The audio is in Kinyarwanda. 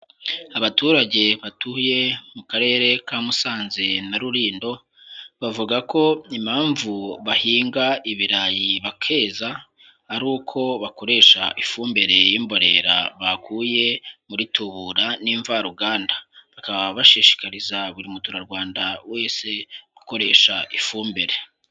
Abaturage batuye mu karere ka Musanze na Rurindo, bavuga ko impamvu bahinga ibirayi bakeza, ari uko bakoresha ifumbire y'imborera bakuye muri tubura n'imvaruganda, bakaba bashishikariza buri muturarwanda wese gukoresha ifumbire.